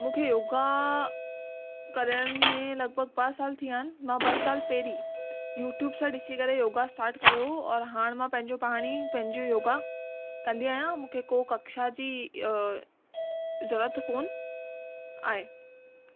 मूंखे योगा करण में लॻभॻि ॿ साल थी विया आहिनि मां ॿ साल पहिरीं यू ट्यूब सां ॾिसी करे योगा स्टार्ट कयो हो और हाण मां पंहिंजे पाण ई पंहिंजो योगा कंदी आहियां मूंखे को कक्षा जी ज़रूअत कोन्ह आहे